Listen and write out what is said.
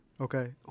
Okay